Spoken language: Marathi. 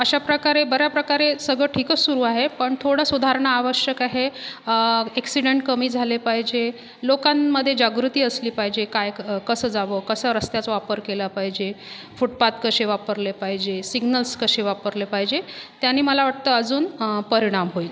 अशा प्रकारे बऱ्या प्रकारे सगळं ठीकच सुरू आहे पण थोडं सुधारणा आवश्यक आहे अॅक्सिडेंट कमी झाले पाहिजे लोकांमध्ये जागृती असली पाहिजे काय कसं जावं कसं रस्त्याचा वापर केला पाहिजे फुटपाथ कसे वापरले पाहिजे सिग्नलस कसे वापरले पाहिजे त्यांनी मला वाटतं अजून परिणाम होईल